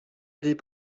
des